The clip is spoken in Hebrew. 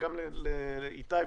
איתי,